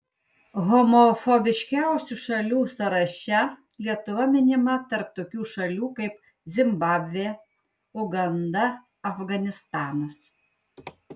homofobiškiausių šalių sąraše lietuva minima tarp tokių šalių kaip zimbabvė uganda afganistanas